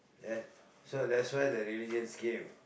then so that's why the religions came